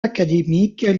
académiques